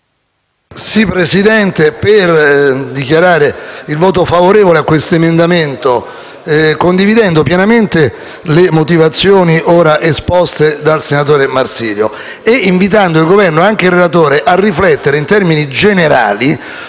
intervengo per dichiarare il voto favorevole sull'emendamento 1.122, condividendo pienamente le motivazioni ora esposte dal senatore Marsilio e invitando il Governo, nonché il relatore, a riflettere in termini generali